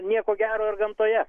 nieko gero ir gamtoje